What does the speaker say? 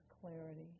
clarity